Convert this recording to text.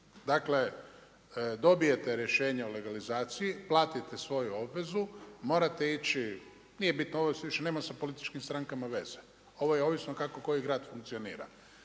Dakle, dobijete rješenje o legalizaciji, platite svoju obvezu, morate ići nije bitno ovo više nema sa političkim strankama veze, ovo je ovisno kako koji grad funkcionira.